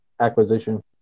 acquisition